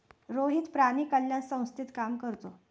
रोहित प्राणी कल्याण संस्थेत काम करतो